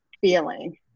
feeling